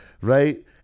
right